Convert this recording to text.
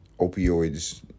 opioids